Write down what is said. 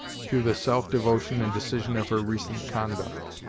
through the self-devotion and decision of her recent conduct.